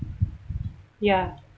ya